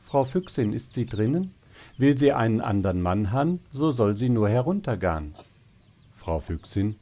frau füchsin ist sie drinnen will sie einen andern mann han so soll sie nur heruntergan fr füchsin